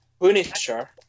Punisher